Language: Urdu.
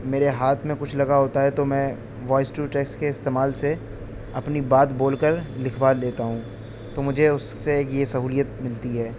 میرے ہاتھ میں کچھ لگا ہوتا ہے تو میں وائس ٹو ٹیکس کے استعمال سے اپنی بات بول کر لکھوا لیتا ہوں تو مجھے اس سے یہ سہولیت ملتی ہے